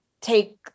take